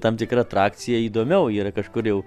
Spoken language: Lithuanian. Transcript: tam tikra atrakcija įdomiau yra kažkur jau